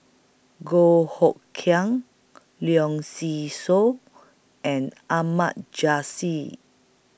Goh Hood Keng Leong See Soo and Ahmad Jais